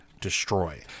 destroy